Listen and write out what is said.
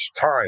time